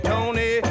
Tony